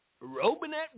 Robinette